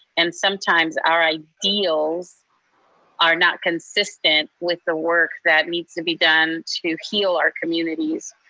and sometimes our ideals are not consistent with the work that needs to be done to heal our communities.